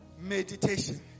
meditation